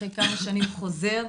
אחרי כמה שנים חוזר,